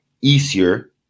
easier